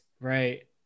Right